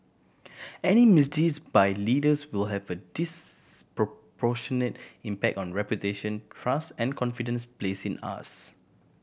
any misdeeds by leaders will have a disproportionate impact on reputation trust and confidence placed in us